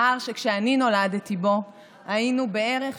ההר שכשאני נולדתי בו היינו בערך,